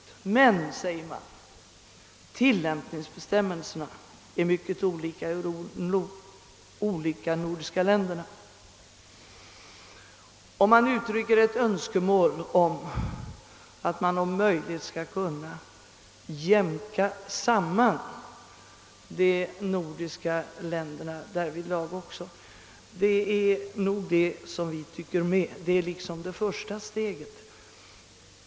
Det framhålles emellertid att tillämpningsbestämmelserna är mycket olikartade i de olika nordiska länderna och man uttrycker ett önskemål om att också därvidlag de nordiska länderna om möjligt jämkas samman. Vi tycker också att detta vore tillrådligt. Det skulle vara det första steget.